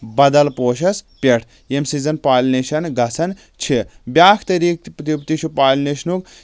بدل پوشس پٮ۪ٹھ ییٚمہِ سۭتۍ زَن پالِنیشن گژھان چھِ بیٛاکھ طٔریٖق تہِ تہِ چھُ پالِنیشنُک